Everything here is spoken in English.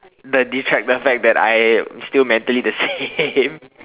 the the fact the fact that I'm still mentally the same